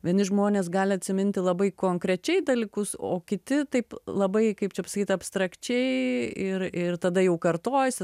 vieni žmonės gali atsiminti labai konkrečiai dalykus o kiti taip labai kaip čia pasakyt abstrakčiai ir ir tada jau kartojasi